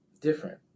different